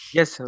Yes